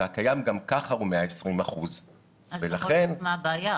והקיים גם ככה הוא 120%. אז מה הבעיה?